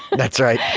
that's right,